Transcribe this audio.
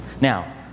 Now